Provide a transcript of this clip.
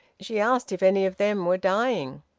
she asked if any of them were dying.